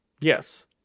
Yes